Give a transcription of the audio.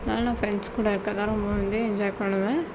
இருந்தாலும் நான் ஃப்ரெண்ட்ஸ் கூட இருக்கறதால் ரொம்ப வந்து என்ஜாய் பண்ணுவேன்